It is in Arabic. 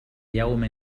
يوم